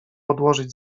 odłożyć